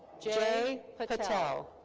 jay patel.